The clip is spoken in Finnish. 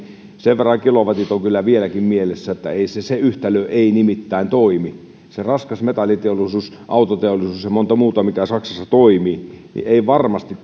sen verran kilowatit ovat kyllä vieläkin mielessä ettei se yhtälö nimittäin toimi se raskasmetalliteollisuus autoteollisuus ja monta muuta mitkä saksassa toimivat eivät varmasti